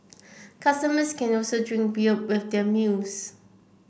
customers can also drink beer with their meals